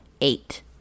eight